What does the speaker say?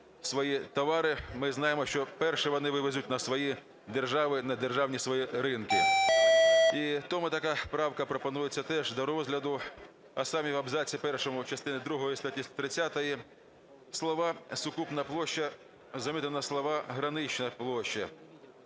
свої товари, ми знаємо, що перше вони вивезуть на свої держави, на державні свої ринки. І тому така правка пропонується теж до розгляду. А саме: у абзаці першому частини другої статті 130 слова "Сукупна площа" замінити на слова "Гранична площа".